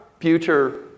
future